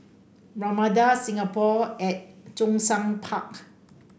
Ramada Singapore at Zhongshan Park